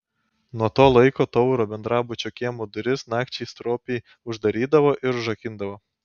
nuo to laiko tauro bendrabučio kiemo duris nakčiai stropiai uždarydavo ir užrakindavo